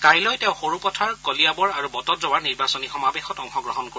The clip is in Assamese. কাইলৈ তেওঁ সৰুপথাৰ কলিয়াবৰ আৰু বটদ্ৰৱাৰ নিৰ্বাচনী সমাৱেশত অংশগ্ৰহণ কৰিব